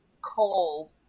cold